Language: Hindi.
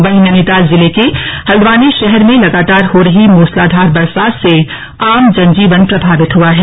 वहीं नैनीताल जिले के हल्द्वानी शहर में लगातार हो रही मूसलाधार बरसात से आम जन जीवन प्रभावित हुआ है